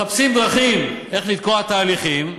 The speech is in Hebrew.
מחפשים דרכים איך לתקוע תהליכים.